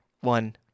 one